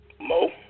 Mo